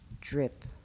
Drip